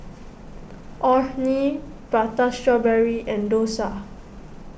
Orh Nee Prata Strawberry and Dosa